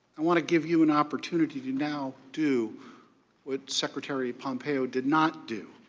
i want to give you an opportunity to now do what secretary pompeo did not do.